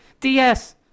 DS